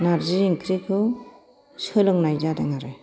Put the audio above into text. नार्जि ओंख्रिखौ सोलोंनाय जादों आरो